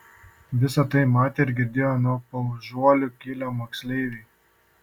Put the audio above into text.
visa tai matė ir girdėjo nuo paužuolių kilę moksleiviai